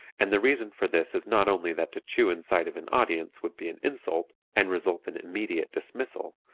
and the reason for this is not only that to chew in sight of an audience would be an insult and result in immediate dismissal,